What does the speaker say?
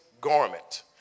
garment